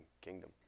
kingdom